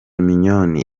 mignonne